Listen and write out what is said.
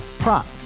Prop